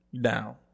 Down